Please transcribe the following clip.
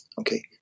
Okay